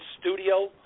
studio